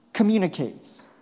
communicates